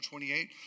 28